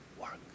work